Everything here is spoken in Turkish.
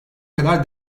kadar